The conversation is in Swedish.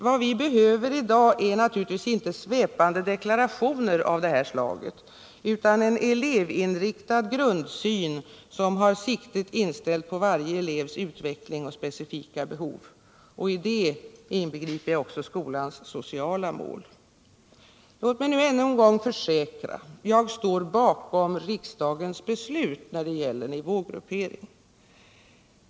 Vad vi behöver i dag är naturligtvis inte svepande deklarationer av det här slaget utan en elevinriktad grundsyn som har siktet inställt på varje elevs utveckling och specifika behov, och i det inbegriper jag också skolans sociala mål. Låt mig ännu en gång försäkra: Jag står bakom riksdagens beslut när det gäller nivågruppering.